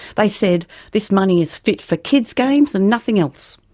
they said this money is fit for kids games and nothing else.